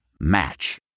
Match